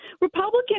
Republican